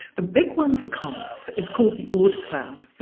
the big one for comets is called the oort cloud.